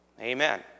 Amen